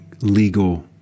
legal